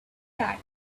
that